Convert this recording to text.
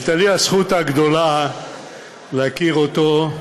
הייתה לי הזכות הגדולה להכיר אותו,